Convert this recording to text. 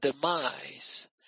demise